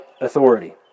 authority